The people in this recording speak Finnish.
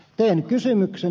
teen kysymyksen